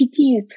PTs